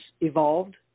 evolved